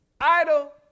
Idol